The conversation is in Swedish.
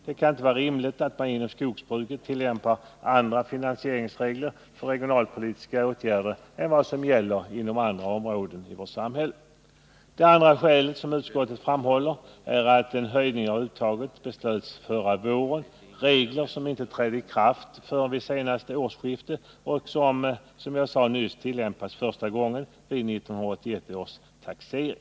Det kan inte vara rimligt att inom skogsbruket tillämpa andra finansieringsregler för regionalpolitiska åtgärder än vad som gäller inom andra områden av vårt samhälle. Det andra skäl som utskottet anför är att höjning av uttaget beslöts förra våren. Reglerna härom trädde inte i kraft förrän vid senaste årsskifte och tillämpas — som jag nyss sade — första gången vid 1981 års taxering.